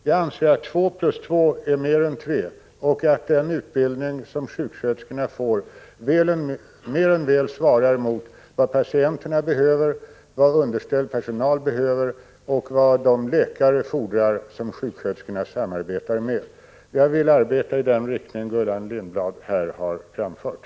Jag anser att två plus två är mer än tre och menar att den utbildning som sjuksköterskorna får mer än väl svarar mot vad patienterna och underställd personal behöver och vad de läkare fordrar som sjuksköterskorna samarbetar med. Jag vill arbeta med den inriktning som Gullan Lindblad här har talat om.